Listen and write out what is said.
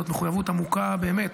זאת מחויבות עמוקה באמת,